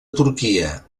turquia